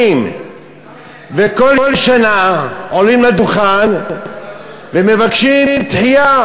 וכל שנה עולים לדוכן ומבקשים דחייה,